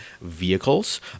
vehicles